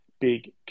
big